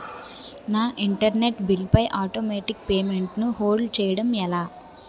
నా internet bill పై automatic payment ను హోల్డ్ చేయటం ఎలా?